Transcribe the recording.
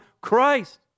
Christ